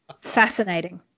fascinating